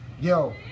Yo